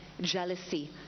jealousy